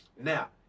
Now